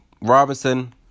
Robinson